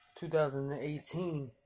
2018